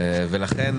ולכן